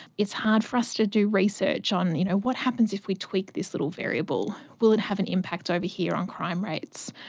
it's hard for us to do research on you know what happens if we tweak this little variable, will it have an impact over here on crime rates?